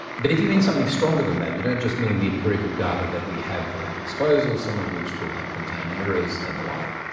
but if you mean something stronger than that, you don't just mean the empirical data that we have at our disposal, some of which will contain errors and the like,